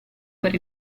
per